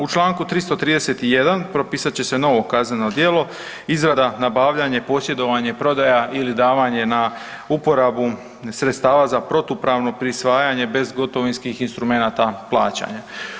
U čl. 331 propisat će se novo kazneno djelo, izrada, nabavljanje, .../nerazumljivo/... prodaja ili davanje na uporabu sredstava za protupravno prisvajanje bezgotovinskih instrumenata plaćanja.